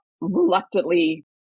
reluctantly